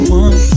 one